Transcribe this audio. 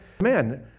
Man